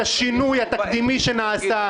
את השינוי התקדימי שנעשה,